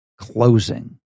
Closing